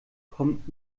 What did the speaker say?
kommt